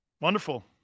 Wonderful